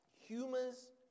humans